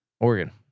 Oregon